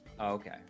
Okay